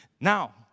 Now